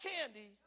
candy